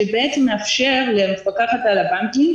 שבעצם מאפשר למפקחת על הבנקים,